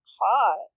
hot